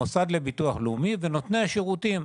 המוסד לביטוח לאומי ונותני השירותים,